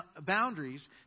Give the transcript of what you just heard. boundaries